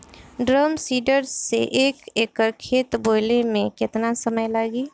Drum seeder से एक एकड़ खेत बोयले मै कितना समय लागी?